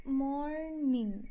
morning